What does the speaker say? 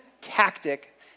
tactic